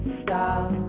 stop